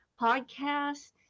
podcasts